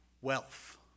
wealth